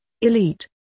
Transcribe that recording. Elite